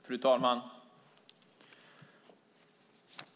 Fru talman!